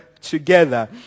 together